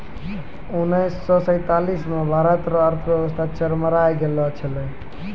उनैस से सैंतालीस मे भारत रो अर्थव्यवस्था चरमरै गेलो छेलै